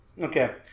Okay